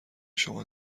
شما